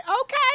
okay